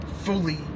Fully